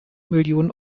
millionen